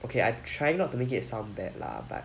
okay I trying not to make it sound bad lah but